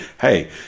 hey